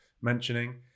mentioning